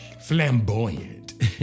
flamboyant